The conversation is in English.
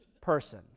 person